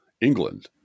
England